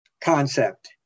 concept